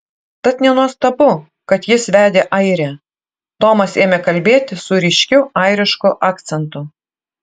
tad nenuostabu kad jis vedė airę tomas ėmė kalbėti su ryškiu airišku akcentu